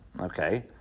Okay